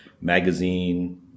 magazine